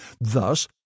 thus